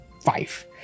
five